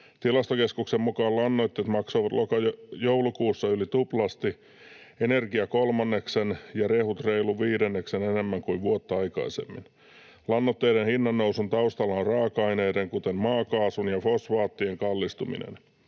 Tilastokeskuksen mukaan lannoitteet maksoivat joulukuussa yli tuplasti, energia kolmanneksen ja rehut reilun viidenneksen enemmän kuin vuotta aikaisemmin. Lannoitteiden hinnannousun taustalla on raaka-aineiden, kuten maakaasun ja fosfaattien, kallistuminen.